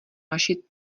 naši